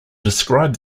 describe